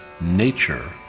nature